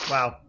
Wow